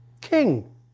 king